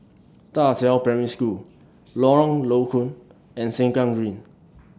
DA Qiao Primary School Lorong Low Koon and Sengkang Green